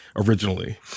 originally